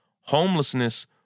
Homelessness